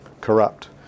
corrupt